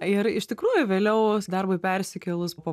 ir iš tikrųjų vėliau darbui persikėlus po